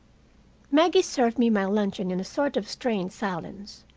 maggie served me my luncheon in a sort of strained silence.